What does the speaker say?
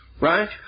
Right